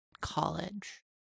college